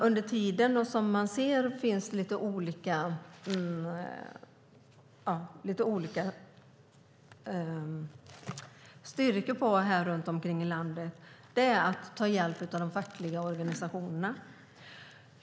Under tiden kan man ta hjälp av de fackliga organisationerna.